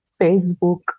Facebook